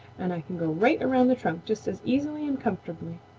and i can go right around the trunk just as easily and comfortably.